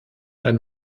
ein